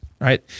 Right